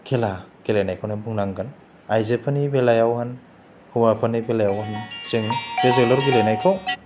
खेला गेलेनायखौनो बुंनांगोन आइजोफोरनि बेलेयाव होन हौवाफोरनि बेलायाव होन जोङो बे जोलुर गेलेनायखौ